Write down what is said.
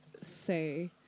say